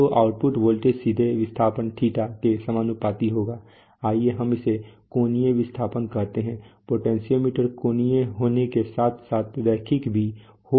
तो output voltage सीधे विस्थापन θ के समानुपाती होगा आइए हम इसे कोणीय विस्थापन कहते हैं पोटेंशियोमीटर कोणीय होने के साथ साथ रैखिक भी हो सकते हैं